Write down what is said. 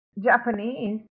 Japanese